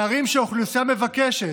בערים שהאוכלוסייה מבקשת,